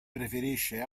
preferisce